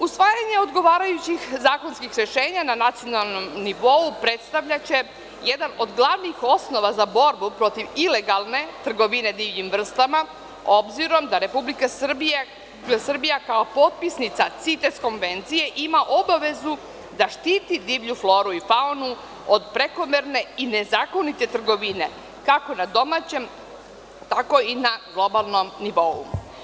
Usvajanje odgovarajućih zakonskih rešenja na nacionalnom nivou predstavljaće jedan od glavnih osnova za borbu protiv ilegalne trgovine divljim vrstama, obzirom da Republika Srbija kao potpisnica CITES konvencije ima obavezu da štiti divlju floru i faunu od prekomerne i nezakonite trgovine, kako na domaćem, tako i na globalnom nivou.